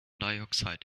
dioxide